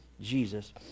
Jesus